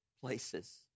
places